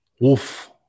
Wolf